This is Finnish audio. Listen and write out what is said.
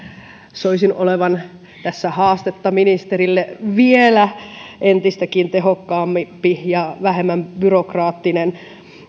soisin olevan tässä haastetta ministerille vielä entistäkin tehokkaampi ja vähemmän byrokraattinen